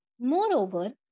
Moreover